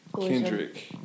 Kendrick